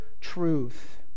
truth